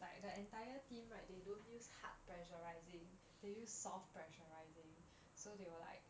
like the entire team right they don't use hard pressurising they use soft pressurising so they will like